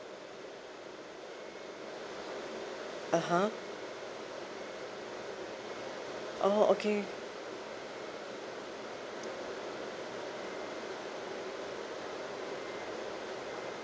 (uh huh) oh okay